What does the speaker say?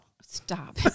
Stop